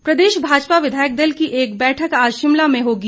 बैठक प्रदेश भाजपा विधायक दल की एक बैठक आज शिमला में होगी